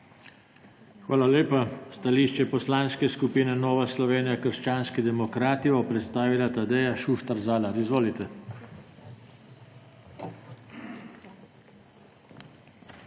Hvala lepa. Stališče Poslanske skupine Nova Slovenija − krščanski demokrati bo predstavila Tadeja Šuštar Zalar. Izvolite.